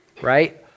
Right